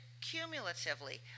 cumulatively